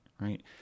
right